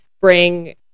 bring